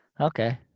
Okay